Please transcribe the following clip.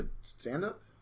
stand-up